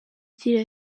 igira